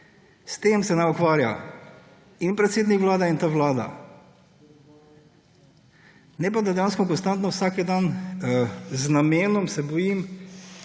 S tem naj se ukvarjata in predsednik Vlade in ta vlada. Ne pa da dejansko konstantno, vsak dan, z namenom, se bojim,